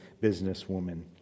businesswoman